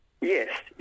Yes